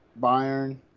Bayern